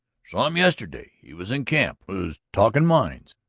saw him yesterday. he was in camp. was talking mines.